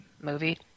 movie